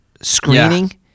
screening